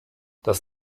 das